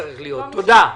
תודה,